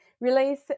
release